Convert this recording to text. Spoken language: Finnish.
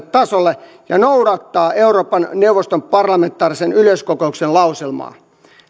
tasolle ja noudattaa euroopan neuvoston parlamentaarisen yleiskokouksen lauselmaa